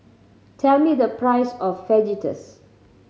tell me the price of Fajitas